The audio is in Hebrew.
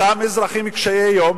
אותם אזרחים קשי יום,